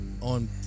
on